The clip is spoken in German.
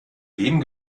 dem